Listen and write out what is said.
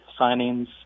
signings